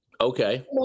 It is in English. Okay